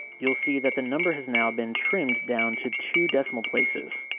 you'll see that the number has now been trimmed down to two decimal places.